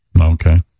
Okay